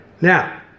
Now